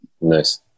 Nice